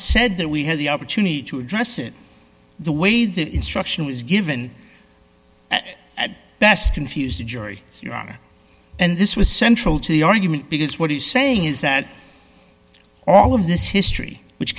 said that we had the opportunity to address it the way the instruction was given at best confused the jury your honor and this was central to your argument because what are you saying is that all of this history which